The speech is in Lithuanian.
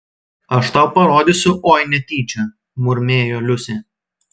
aš tau parodysiu oi netyčia murmėjo liusė